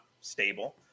stable